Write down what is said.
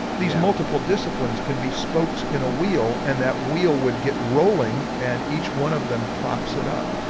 these multiple disciplines can be spokes in a wheel and that wheel would get rolling and each one of them props it up,